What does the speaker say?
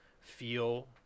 feel